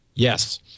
Yes